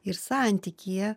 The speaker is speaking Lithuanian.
ir santykyje